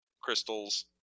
crystals